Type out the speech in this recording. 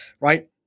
right